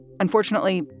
Unfortunately